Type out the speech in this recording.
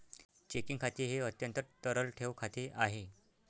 checking खाते हे अत्यंत तरल ठेव खाते आहे